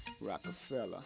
Rockefeller